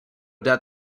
doubt